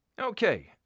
Okay